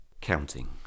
Counting